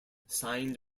signed